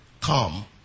come